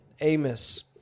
Amos